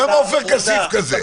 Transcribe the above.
גם עופר כסיף כזה.